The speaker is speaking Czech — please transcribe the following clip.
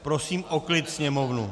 Prosím o klid sněmovnu!